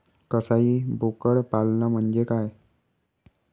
कसाई बोकड पालन म्हणजे काय?